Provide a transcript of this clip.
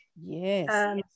Yes